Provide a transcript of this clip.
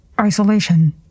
Isolation